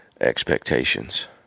expectations